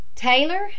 Taylor